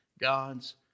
God's